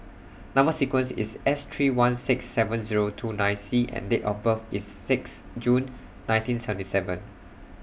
Number sequence IS S three one six seven Zero two nine C and Date of birth IS six June nineteen seventy seven